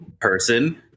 person